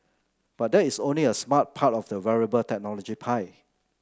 but that is only a smart part of the wearable technology pie